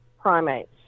primates